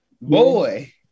Boy